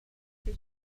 did